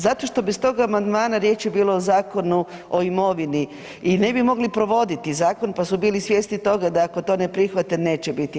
Zato što bez tog amandmana, a riječ je bilo o Zakonu o imovini i ne bi mogli provoditi zakon pa su bili svjesni toga da ako to ne prihvate neće biti.